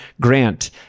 Grant